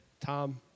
Tom